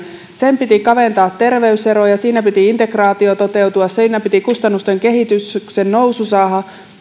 sen piti kaventaa terveyseroja siinä piti integraation toteutua siinä piti kustannusten nousu saada